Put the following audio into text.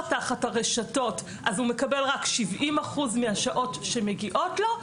תחת הרשתות הוא מקבל רק 70% מהשעות שמגיעות לו.